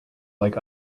like